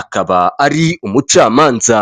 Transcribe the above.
akaba ari umucamanza.